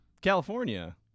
California